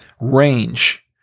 range